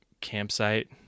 campsite